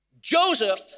Joseph